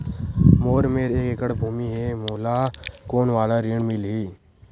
मोर मेर एक एकड़ भुमि हे मोला कोन वाला ऋण मिलही?